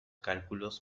cálculos